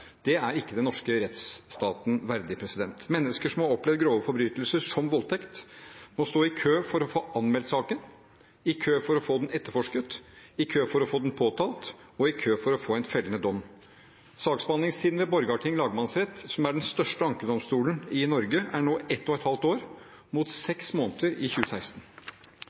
Det er ikke den norske rettsstaten verdig. Mennesker som har opplevd grove forbrytelser, som voldtekt, må stå i kø for å få anmeldt saken, i kø for å få den etterforsket, i kø for å få den påtalt og i kø for å få en fellende dom. Saksbehandlingstiden ved Borgarting lagmannsrett, som er den største ankedomstolen i Norge, er nå halvannet år – mot seks måneder i 2016.